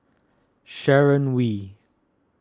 Sharon Wee